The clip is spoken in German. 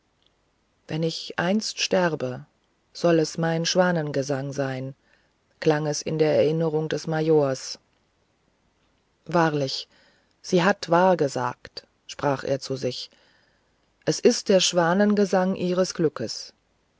wenn ich einst sterbe soll es mein schwanengesang sein klang es in der erinnerung des majors wahrlich sie hat wahr gesagt sprach er zu sich es war der schwanengesang ihres glückes